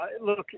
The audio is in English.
look